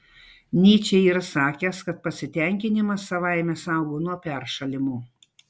nyčė yra sakęs kad pasitenkinimas savaime saugo nuo peršalimo